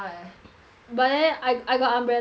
but then I I got umbrella oh